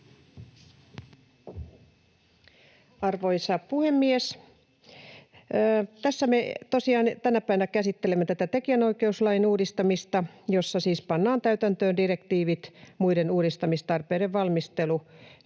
Arvoisa puhemies! Me tosiaan tänä päivänä käsittelemme tätä tekijänoikeuslain uudistamista, jossa siis pannaan täytäntöön direktiivit. Muiden uudistamistarpeiden valmistelu